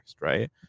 right